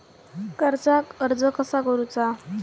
कर्जाक अर्ज कसा करुचा?